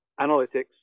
analytics